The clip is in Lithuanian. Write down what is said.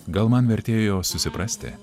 gal man vertėjo susiprasti